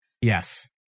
Yes